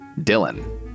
Dylan